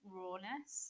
rawness